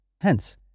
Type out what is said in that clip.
Hence